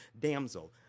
Damsel